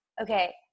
okay